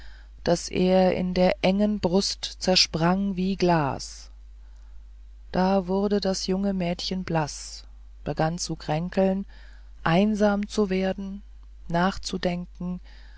daß er in der engen brust zersprang wie ein glas da wurde das junge mädchen blaß begann zu kränkeln einsam zu werden nachzudenken